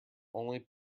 only